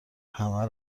همه